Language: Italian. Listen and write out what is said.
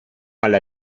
alla